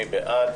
מי בעד?